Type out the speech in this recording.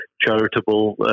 charitable